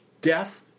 Death